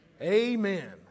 Amen